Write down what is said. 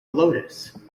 lotus